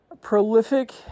prolific